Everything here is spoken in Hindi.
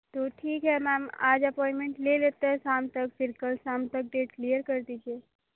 तो ठीक है मेम आज अपॉइंटमेंट ले लेते हैं साम तक फिर कल शाम तक देख लीजिए कर दीजिए